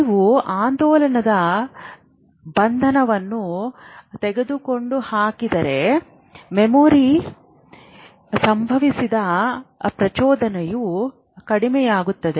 ನೀವು ಆಂದೋಲನದ ಬಂಧವನ್ನು ತೆಗೆದುಹಾಕಿದರೆ ಮೆಮೊರಿಗೆ ಸಂಬಂಧಿಸಿದ ಪ್ರಚೋದನೆಯು ಕಡಿಮೆಯಾಗುತ್ತದೆ